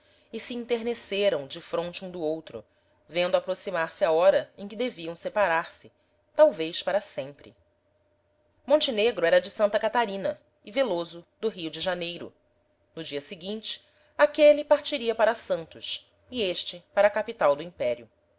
e se enterneceram defronte um do outro vendo aproximar-se a hora em que deviam separar-se talvez para sempre montenegro era de santa catarina e veloso do rio de janeiro no dia seguinte aquele partiria para santos e este para a capital do império